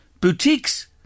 boutiques